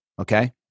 okay